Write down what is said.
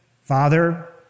father